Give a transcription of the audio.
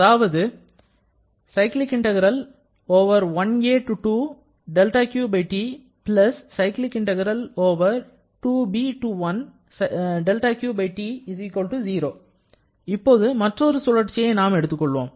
அதாவது இப்போது மற்றொரு சுழற்சியை நாம் எடுத்துக் கொள்வோம்